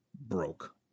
broke